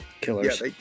killers